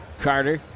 Carter